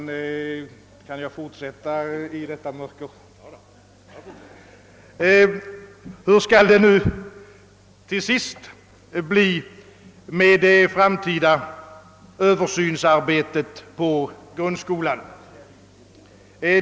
Om jag får fortsätta i detta mörker, vill jag till sist ta upp det framtida översynsarbetet på grundskolan.